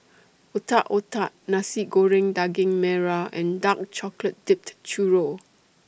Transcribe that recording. Otak Otak Nasi Goreng Daging Merah and Dark Chocolate Dipped Churro